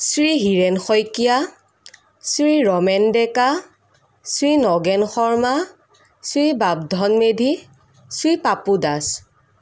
Shri Hiren Saikia Shri Ramen Deka Shri Nagen Sharma Shri Bapdhan Medhi Shri Papu Das